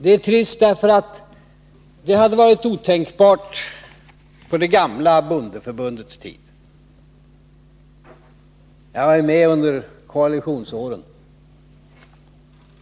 Det är trist, för detta hade varit otänkbart på det gamla bondeförbundets tid. Jag var med under koalitionsåren,